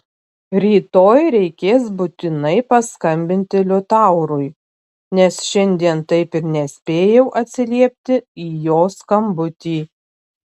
rytoj reikės būtinai paskambinti liutaurui nes šiandien taip ir nespėjau atsiliepti į jo skambutį